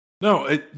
No